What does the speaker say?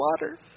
water